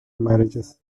marriages